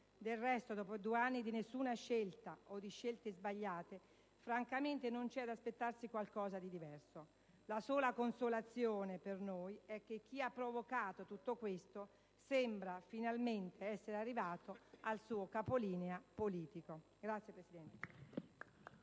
Del resto, dopo due anni di nessuna scelta o di scelte sbagliate, francamente non c'era da aspettarsi qualcosa di diverso. La sola consolazione per noi è che chi ha provocato tutto ciò sembra finalmente essere arrivato al suo capolinea politico. *(Applausi